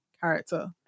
character